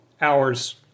hours